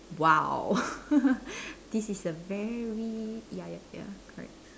!wow! this is a very ya ya sia correct